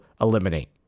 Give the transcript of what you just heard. Eliminate